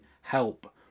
help